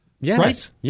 Yes